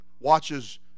watches